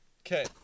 Okay